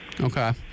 Okay